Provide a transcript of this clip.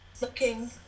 Looking